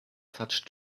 such